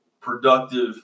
productive